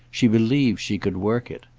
she believes she could work it.